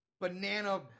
banana